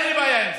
אין לי בעיה עם זה,